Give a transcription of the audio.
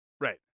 Right